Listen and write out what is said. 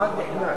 כמעט נחנק.